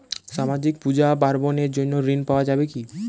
সামাজিক পূজা পার্বণ এর জন্য ঋণ পাওয়া যাবে কি?